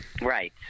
right